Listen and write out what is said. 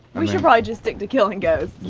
we should probably just stick to killing ghosts.